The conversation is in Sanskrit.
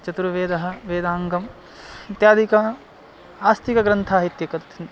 चतुर्वेदः वेदाङ्गम् इत्यादिकम् आस्तिकग्रन्थाः इति कथ्यन्ते